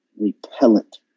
repellent